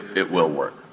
it will work.